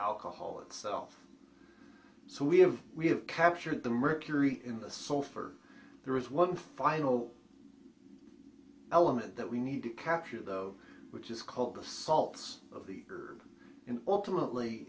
alcohol itself so we have we have captured the mercury in the sulfur there is one final element that we need to capture though which is called of salts of the herb and ultimately